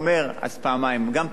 גם פעם אחת זה יותר מדי,